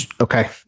Okay